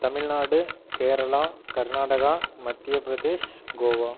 Tamil Nadu Kerala Karnataka Madhya Pradesh Goa